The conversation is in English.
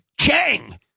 Chang